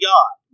God